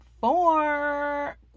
four